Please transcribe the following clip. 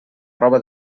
roba